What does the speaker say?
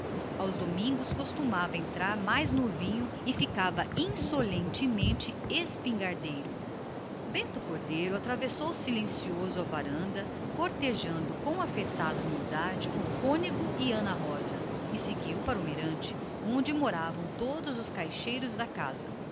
aos domingos metia-se na tiorga e ficava de todo insuportável bento atravessou silencioso a varanda cortejando com afetada humildade o cônego e ana rosa e seguiu logo para o mirante onde moravam todos os caixeiros da casa